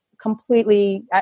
completely